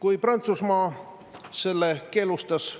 Kui Prantsusmaa selle keelustas